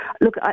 Look